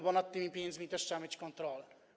Bo nad tymi pieniędzmi też trzeba mieć kontrolę.